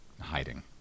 hiding